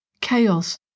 chaos